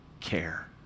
care